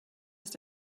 ist